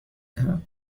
دهم